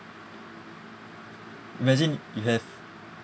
imagine you have